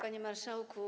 Panie Marszałku!